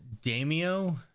Damio